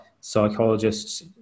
psychologists